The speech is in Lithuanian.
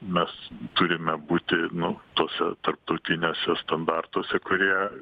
mes turime būti nu tuose tarptautiniuose standartuose kurie